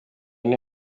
amwe